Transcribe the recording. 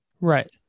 Right